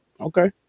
Okay